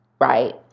right